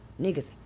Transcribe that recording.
niggas